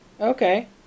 okay